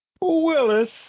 Willis